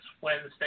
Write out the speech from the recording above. Wednesday